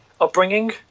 Upbringing